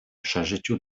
przeżyciu